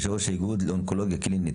יושב ראש האיגוד לאונקולוגיה קלינית,